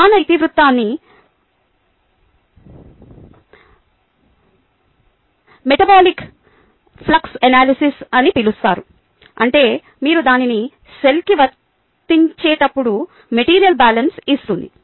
ప్రధాన ఇతివృత్తాన్ని metabolic flux analysis అని పిలుస్తారు అంటే మీరు దానిని సెల్కి వర్తించేటప్పుడు మెటీరియల్ బాలన్స్ ఇస్తుంది